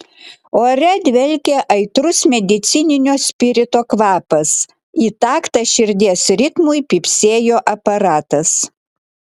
ore dvelkė aitrus medicininio spirito kvapas į taktą širdies ritmui pypsėjo aparatas